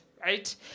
right